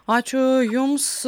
ačiū jums